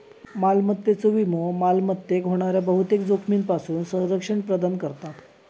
मालमत्तेचो विमो मालमत्तेक होणाऱ्या बहुतेक जोखमींपासून संरक्षण प्रदान करता